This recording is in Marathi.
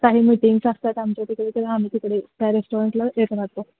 काही मीटिंग्स असतात आमच्या तिकडे तेव्हा आम्ही तिकडे त्या रेस्टॉरंटला येत राहतो